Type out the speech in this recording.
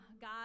God